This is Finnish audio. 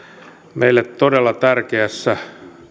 meille todella tärkeässä